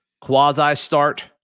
quasi-start